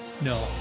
No